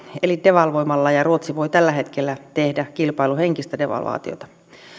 eli devalvoimalla ruotsi voi tällä hetkellä tehdä kilpailuhenkistä devalvaatiota